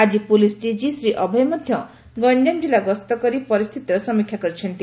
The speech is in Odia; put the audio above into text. ଆଳି ପୋଲିସ ଡିଜି ଶ୍ରୀ ଅଭୟ ମଧ୍ଧ ଗଞ୍ଞାମ ଜିଲ୍ଲା ଗସ୍ତ କରି ପରିସ୍ରିତିର ସମୀକ୍ଷା କରିଛନ୍ତି